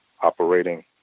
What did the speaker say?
operating